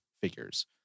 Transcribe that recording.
figures